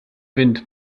wind